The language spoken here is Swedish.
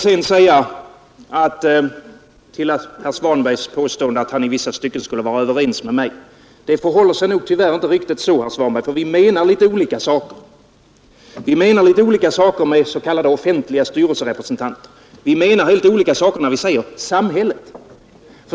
Herr Svanberg påstår att han i vissa stycken skulle vara överens med mig. Tyvärr förhåller det sig inte riktigt så, herr Svanberg. Vi menar olika saker med s.k. offentliga styrelserepresentanter, och vi menar helt olika saker när vi säger samhälle.